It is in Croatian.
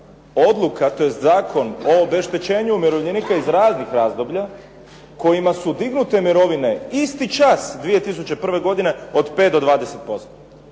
odluka, tj. Zakon o obeštećenju umirovljenika iz raznih razdoblja kojima su dignute mirovine isti čas 2001. godine od 5 do 20%.